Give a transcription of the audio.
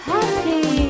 Happy